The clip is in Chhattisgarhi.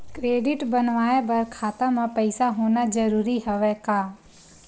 क्रेडिट बनवाय बर खाता म पईसा होना जरूरी हवय का?